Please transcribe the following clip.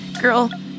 girl